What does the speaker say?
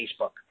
Facebook